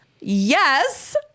yes